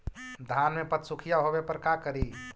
धान मे पत्सुखीया होबे पर का करि?